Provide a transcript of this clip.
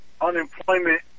unemployment